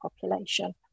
population